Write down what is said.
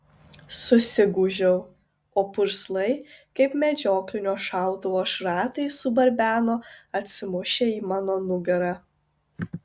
susigūžiau o purslai kaip medžioklinio šautuvo šratai subarbeno atsimušę į mano nugarą